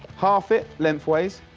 half it length ways,